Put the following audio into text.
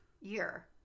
year